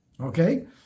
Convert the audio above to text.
Okay